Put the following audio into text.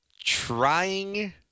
Trying